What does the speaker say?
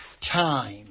Time